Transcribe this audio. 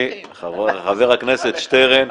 חבר הכנסת שטרן,